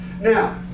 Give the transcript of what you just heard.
Now